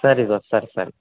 ಸರಿ ದೋಸ್ತ ಸರಿ ಸರಿ